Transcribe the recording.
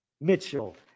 Mitchell